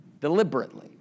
deliberately